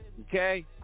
Okay